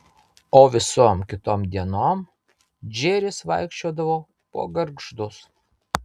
o visom kitom dienom džeris vaikščiodavo po gargždus